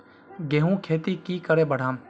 गेंहू खेती की करे बढ़ाम?